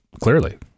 Clearly